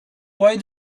why